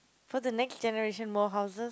for the next generation more houses